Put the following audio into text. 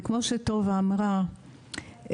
כמו שטובה אמרה,